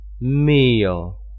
meal